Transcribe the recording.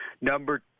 number